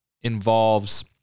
involves